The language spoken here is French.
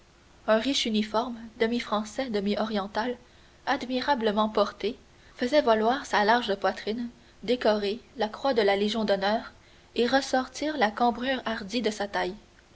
un riche uniforme demi français demi oriental admirablement porté faisait valoir sa large poitrine décorée de la croix de la légion d'honneur et ressortir la cambrure hardie de sa taille